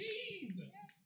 Jesus